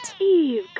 Eve